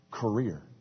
career